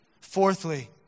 Fourthly